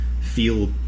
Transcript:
feel